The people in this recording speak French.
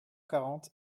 quarante